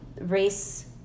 race